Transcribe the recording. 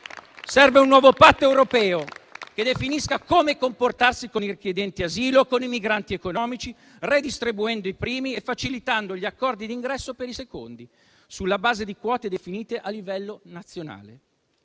Serve un nuovo patto europeo che definisca come comportarsi con i richiedenti asilo e con i migranti economici, redistribuendo i primi e facilitando gli accordi di ingresso per i secondi, sulla base di quote definite a livello nazionale.